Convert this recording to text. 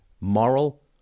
moral